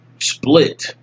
split